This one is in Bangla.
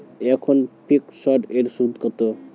এখন ফিকসড এর সুদ কত?